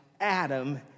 Adam